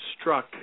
struck